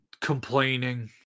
Complaining